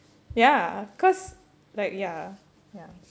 ya because like ya ya